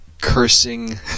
cursing